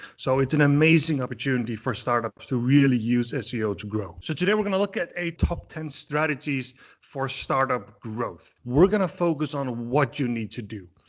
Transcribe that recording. so it's an amazing opportunity for startups to really use seo to grow. so today we're gonna look at a top ten strategies for startup growth. we're gonna focus on what you need to do.